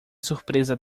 surpresa